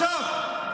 אני אגיד לך.